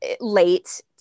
Late